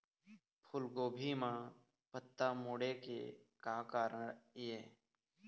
फूलगोभी म पत्ता मुड़े के का कारण ये?